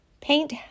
paint